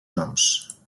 noms